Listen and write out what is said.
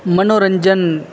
મનોરંજન